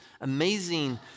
amazing